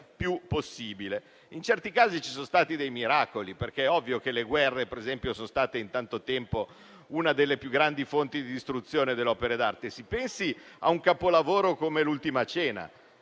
più possibile. In certi casi ci sono stati dei miracoli, perché è ovvio che le guerre sono state per tanto tempo una delle più grandi occasioni di distruzione delle opere d'arte. Si pensi a un capolavoro come «L'ultima cena»,